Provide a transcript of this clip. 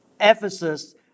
Ephesus